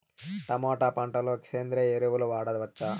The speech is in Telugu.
టమోటా పంట లో సేంద్రియ ఎరువులు వాడవచ్చా?